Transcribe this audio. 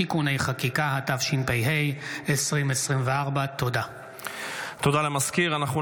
(תיקוני חקיקה), התשפ"ה 2024. תודה למזכיר הכנסת.